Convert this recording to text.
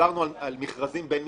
דיברנו על מכרזים בין-משרדיים.